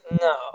No